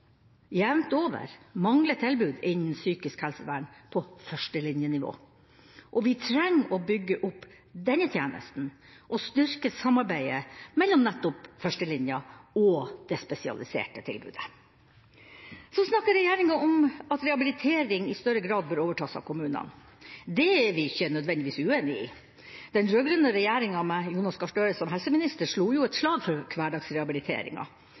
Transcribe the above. jevnt over mangler tilbud innen psykisk helsevern på førstelinjenivå, og vi trenger å bygge opp denne tjenesten og styrke samarbeidet mellom nettopp førstelinja og det spesialiserte tilbudet. Så snakker regjeringa om at rehabilitering i større grad bør overtas av kommunene. Det er vi ikke nødvendigvis uenig i. Den rød-grønne regjeringa med Jonas Gahr Støre som helseminister slo jo et slag for